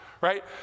right